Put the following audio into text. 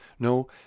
No